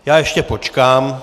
Já ještě počkám.